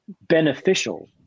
beneficial